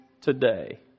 today